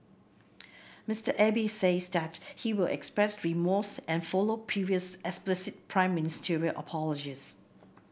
Mister Abe says that he will express remorse and follow previous explicit Prime Ministerial apologies